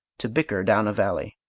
to bicker down a valley.